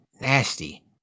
nasty